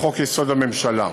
לחוק-יסוד: הממשלה.